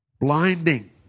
blinding